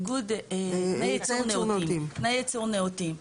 תנאי ייצור נאותים.